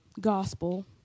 Gospel